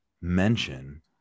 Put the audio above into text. mention